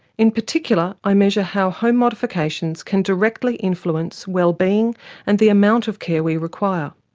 in particular i measure how home modifications can directly influence well-being and the amount of care we require.